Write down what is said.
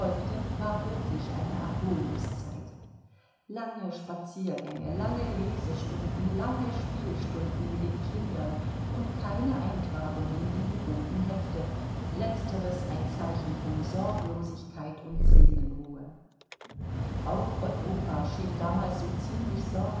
war wirklich eine erholungszeit lange spaziergänge lange lesestunden lange spielstunden mit den kindern und keine eintragungen in die roten hefte letzteres ein zeichen von sorglosigkeit und seelenruhe auch europa schien damals so ziemlich